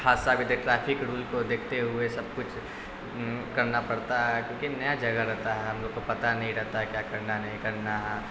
حادثہ بھی دیکھنا ٹریفک رول کو دیکھتے ہوئے سب کچھ کرنا پڑتا ہے کیونکہ نیا جگہ رہتا ہے ہم لوگ کو پتہ نہیں رہتا ہے کیا کرنا نہیں کرنا ہے